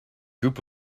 group